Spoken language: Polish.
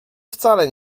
wcale